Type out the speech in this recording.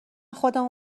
خودمو